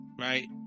right